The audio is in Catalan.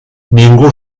ningú